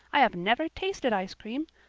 i have never tasted ice cream.